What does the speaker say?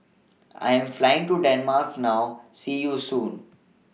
I Am Flying to Denmark now See YOU Soon